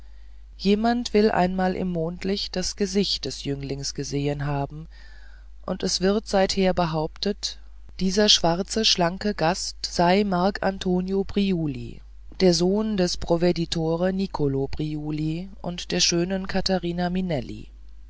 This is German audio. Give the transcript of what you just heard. jemand will einmal im mondlicht das gesicht des jünglings gesehen haben und es wird seither behauptet dieser schwarze schlanke gast sei marcantonio priuli sohn des proveditore nicol priuli und der schönen catharina minelli